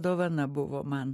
dovana buvo man